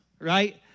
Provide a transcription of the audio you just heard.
right